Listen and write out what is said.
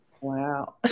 Wow